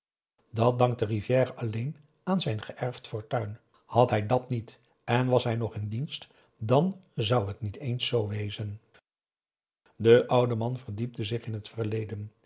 dat dankte rivière alleen aan zijn geërfd fortuin had hij dat niet en was hij nog in dienst dan zou het niet eens z wezen de oude man verdiepte zich in het verleden